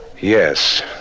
Yes